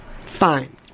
Fine